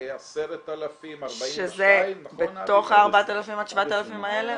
הרווחה זה 10,042 נכון -- שזה בתוך ה-4,000 עד 7,000 האלה?